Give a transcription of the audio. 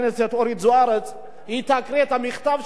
היא תקריא את המכתב של היועץ המשפטי לממשלה,